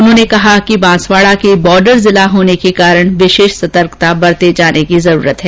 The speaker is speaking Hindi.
उन्होंने कहा कि बांसवाड़ा के बॉर्डर जिला होने के कारण विशेष सतर्कता बरतने की जरूरत है